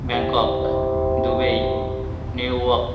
Bangkok Dubai New York